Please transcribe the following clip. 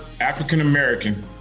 African-American